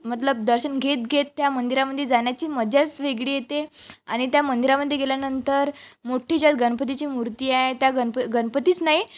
मतलब दर्शन घेत घेत त्या मंदिरामध्ये जाण्याची मजाच वेगळी येते आणि त्या मंदिरामध्ये गेल्यानंतर मोठी ज्या गणपतीची मूर्ती आहे त्या गनप गणपतीच नाही